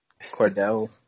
Cordell